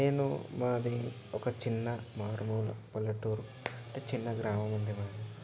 నేను మాది ఒక చిన్న మారుమూల పల్లెటూరు అంటే చిన్న గ్రామం ఉండేవాడిని